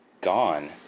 gone